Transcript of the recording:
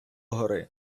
гори